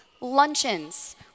luncheons